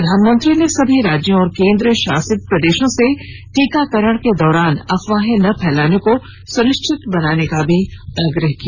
प्रधानमंत्री ने सभी राज्यों और केंद्र शासित प्रदेशों से टीकाकरण के दौरान अफवाहें न फैलाने को सुनिश्चित बनाने का भी आग्रह किया